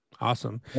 Awesome